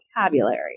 vocabulary